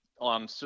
On